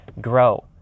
grow